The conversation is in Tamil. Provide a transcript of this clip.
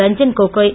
ரஞ்ஜன் கோகோய்